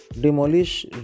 demolish